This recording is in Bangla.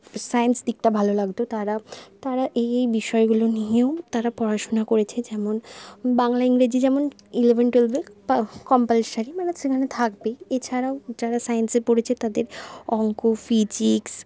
সাইন্স দিকটা ভালো লাগত তারা তারা এই এই বিষয়গুলো নিয়েও তারা পড়াশোনা করেছে যেমন বাংলা ইংরেজি যেমন ইলেভেন টুয়েলভে প কম্পালসারি মানে সেখানে থাকবেই এছাড়াও যারা সাইন্সে পড়েছে তাদের অংক ফিজিক্স